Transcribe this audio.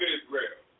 Israel